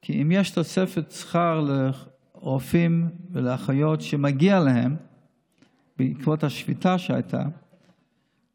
אם יש תוספת שכר לרופאים ואחיות שמגיעה להם בעקבות השביתה שהייתה,